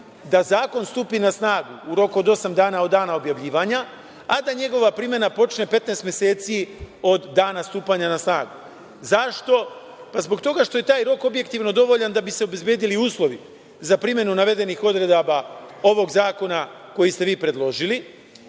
da zakon stupi na snagu u roku od osam dana od dana objavljivanja, a da njegova primena počne 15 meseci od dana stupanja na snagu. Zašto? Zbog toga što je taj rok objektivno dovoljan da bi se obezbedili uslovi za primenu navedenih odredaba ovog zakona koji ste vi predložili,